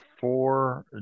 four